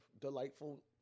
delightful